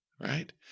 right